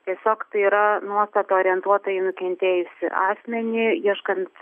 tiesiog tai yra nuostata orientuota į nukentėjusį asmenį ieškant